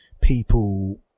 people